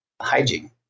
hygiene